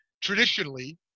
traditionally